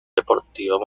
deportivo